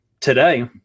today